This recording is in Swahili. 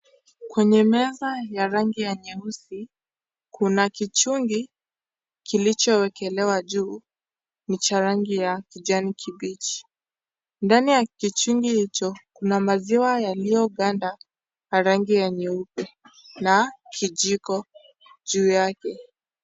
Kwenye meza ya rangi ya nyeusi kuna kichungi kilichowekelewa juu, ni cha rangi ya kijanikibichi, ndani ya kichungi hicho kuna maziwa yaliyoganda ya rangi ya nyeupe na kijiko juu yake.